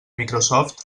microsoft